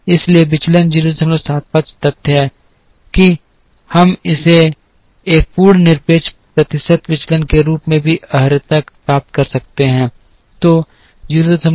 इसलिए विचलन 075 तथ्य है कि हम इसे एक पूर्ण निरपेक्ष प्रतिशत विचलन के रूप में भी अर्हता प्राप्त कर सकते हैं